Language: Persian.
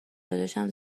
داداشم